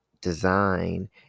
design